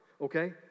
okay